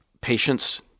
patients